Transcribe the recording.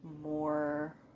more